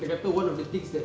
dia kata one of the things that